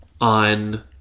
on